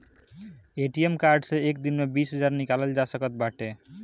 ATM card से एक दिन में बीस हजार निकालल जा सकत बाटे